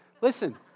Listen